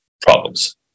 problems